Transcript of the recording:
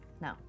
no